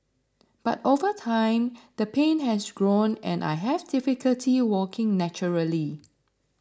but over time the pain has grown and I have difficulty walking naturally